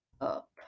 up